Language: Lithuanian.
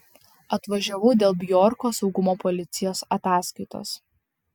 atvažiavau dėl bjorko saugumo policijos ataskaitos